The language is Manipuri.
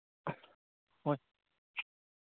ꯍꯣꯏ